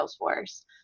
Salesforce